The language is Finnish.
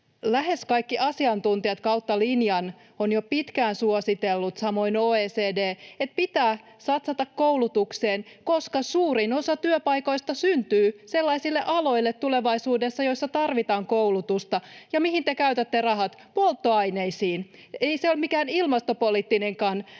lähes kaikki asiantuntijat kautta linjan ovat jo pitkään suositelleet, samoin OECD, että pitää satsata koulutukseen, koska suurin osa työpaikoista syntyy tulevaisuudessa sellaisille aloille, joissa tarvitaan koulutusta. Ja mihin te käytätte rahat? Polttoaineisiin. Ei se ole mikään ilmastopoliittinenkaan